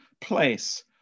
place